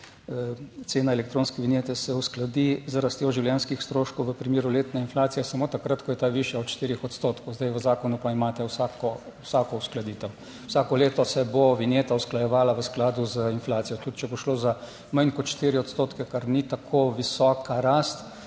cena elektronske vinjete se uskladi z rastjo življenjskih stroškov v primeru letne inflacije samo takrat, ko je ta višja od 4 odstotkov." Zdaj, v zakonu pa imate vsako uskladitev, vsako leto se bo vinjeta usklajevala **55. TRAK: (DAG) - 13.30** (nadaljevanje) v skladu z inflacijo, tudi če bo šlo za manj kot 4 odstotke, kar ni tako visoka rast,